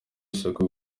isuku